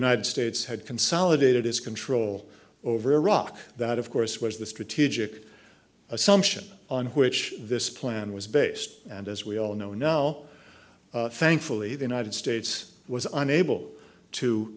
united states had consolidated its control over iraq that of course was the strategic assumption on which this plan was based and as we all know now thankfully the united states was unable to